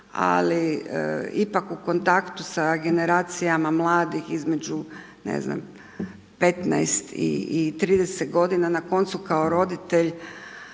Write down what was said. ali ipak u kontaktu sa generacijama mladih između, ne znam 15 i 30 godina na koncu kao roditelj